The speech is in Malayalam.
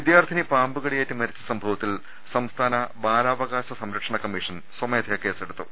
വിദ്യാർത്ഥിനി പാമ്പുകടിയേറ്റ് മരിച്ച സംഭവത്തിൽ സംസ്ഥാന ബാലാവകാശ സംരക്ഷണ കമ്മീഷൻ സ്വമേധയാ കേസെടുത്തു